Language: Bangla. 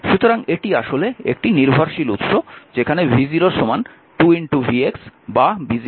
সুতরাং এটি আসলে একটি নির্ভরশীল উৎস যেখানে v0 2 vx বা v0 3 ix